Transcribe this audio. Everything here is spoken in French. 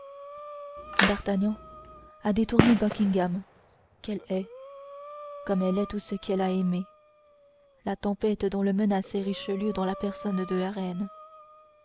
d'artagnan a détourné de buckingham qu'elle hait comme elle hait tout ce qu'elle a aimé la tempête dont le menaçait richelieu dans la personne de la reine